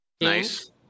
Nice